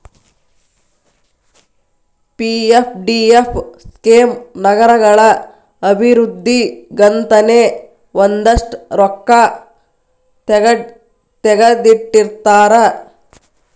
PFDF scheme ನಗರಗಳ ಅಭಿವೃದ್ಧಿಗಂತನೇ ಒಂದಷ್ಟ್ ರೊಕ್ಕಾ ತೆಗದಿಟ್ಟಿರ್ತಾರ